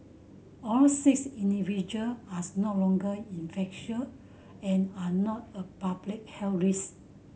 all six individual as no longer infectious and are not a public health risk